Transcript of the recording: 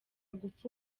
gupfa